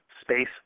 space